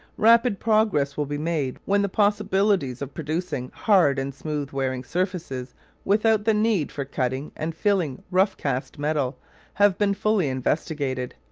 rapid progress will be made when the possibilities of producing hard and smooth wearing surfaces without the need for cutting and filing rough-cast metal have been fully investigated.